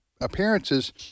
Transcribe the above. appearances